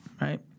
right